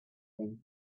than